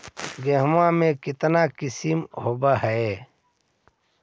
गेहूमा के कितना किसम होबै है?